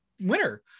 winner